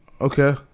Okay